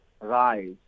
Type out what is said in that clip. rise